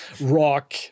rock